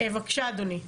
בבקשה אדוני.